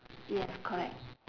yes correct